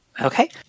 Okay